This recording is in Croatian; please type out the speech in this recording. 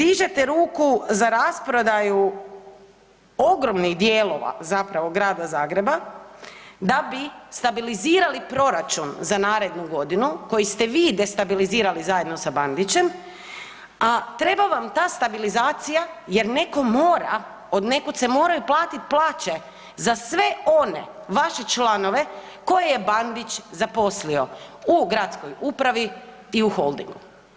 Dakle, dižete ruku za rasprodaju ogromnih dijelova zapravo Grada Zagreba da bi stabilizirali proračun za narednu godinu koji ste vi destabilizirali zajedno sa Bandićem, a treba vam ta stabilizacija jer netko mora, od nekud se moraju platiti plaće za sve one vaše članove koje je Bandić zaposlio u gradskoj upravi i u Holdingu.